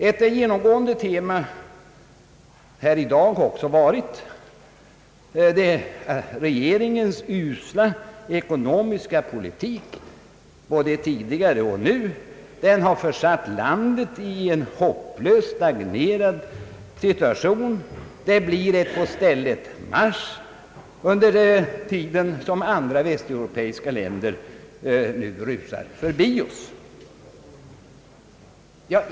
Ett genomgående tema här i dag har också varit regeringens usla ekonomiska politik, både tidigare och nu. Den har försatt landet i en hopplös stagnation. Det blir ett på stället marsch medan andra västeuropeiska länder under tiden rusar förbi oss.